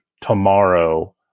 tomorrow